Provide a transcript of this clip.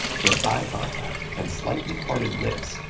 her eye contact and slightly parted lips,